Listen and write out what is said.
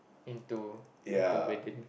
into to burden